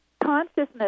consciousness